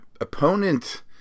Opponent